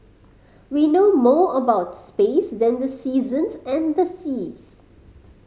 we know more about space than the seasons and the seas